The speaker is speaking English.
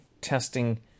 testing